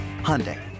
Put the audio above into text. Hyundai